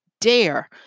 dare